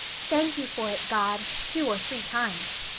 thank you for it, god two or three times.